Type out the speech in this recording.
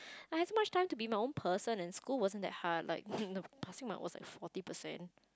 I have so much time to be my own person and school wasn't that hard like hmm the passing mark was like forty percent